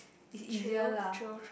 is easier lah